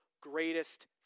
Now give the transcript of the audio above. greatest